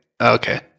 Okay